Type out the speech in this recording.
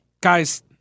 guys